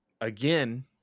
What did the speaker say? again